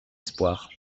espoirs